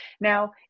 Now